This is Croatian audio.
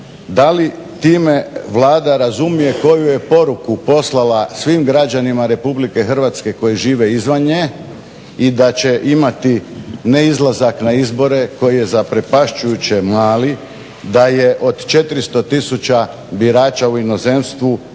da li time Vlada razumije koju je poruku poslala svim građanima RH koji žive izvan nje i da će imati neizlazak na izbore koji je zaprepašćujuće mali, da je od 400 000 birača u inozemstvu,